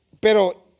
Pero